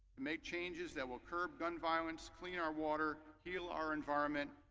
make changes that will curb gun violence, clean our water, heal our environment,